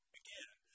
again